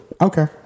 Okay